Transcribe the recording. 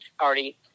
already